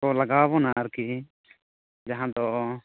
ᱠᱚ ᱞᱟᱜᱟᱣ ᱟᱵᱚᱱᱟ ᱟᱨᱠᱤ ᱡᱟᱦᱟᱸᱫᱚ